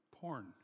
porn